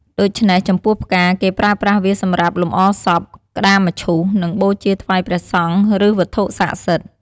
ដូច្នេះ ចំពោះផ្កា គេប្រើប្រាស់វាសម្រាប់លម្អសព ក្ដារមឈូស និងបូជាថ្វាយព្រះសង្ឃ ឬវត្ថុស័ក្តិសិទ្ធិ។